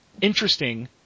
interesting